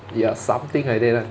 ya something like that lah